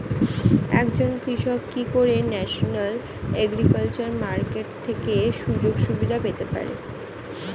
একজন কৃষক কি করে ন্যাশনাল এগ্রিকালচার মার্কেট থেকে সুযোগ সুবিধা পেতে পারে?